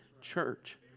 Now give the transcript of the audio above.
Church